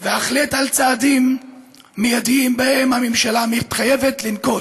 והחלט על צעדים מיידיים שהממשלה מתחייבת לנקוט.